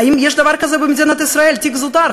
האם יש דבר כזה במדינת ישראל, תיק זוטר?